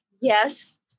Yes